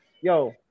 Yo